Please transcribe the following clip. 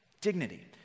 Dignity